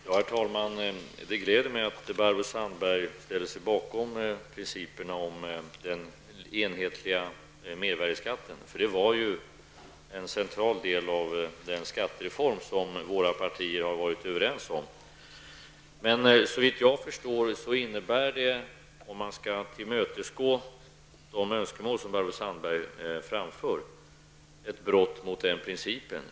Herr talman! Det glädjer mig att Barbro Sandberg ställer sig bakom principen om den enhetliga mervärdeskatten, för det var en central punkt i den skattereform som våra resp. partier har varit överens om. Om man skulle tillmötesgå de önskemål som Barbro Sandberg framför innebär det, såvitt jag förstår, ett brott mot denna princip.